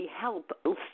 help